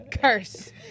curse